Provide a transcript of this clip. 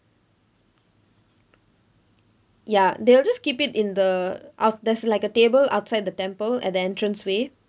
ya they will just keep it in the out~ there's like a table outside the temple at the entrance way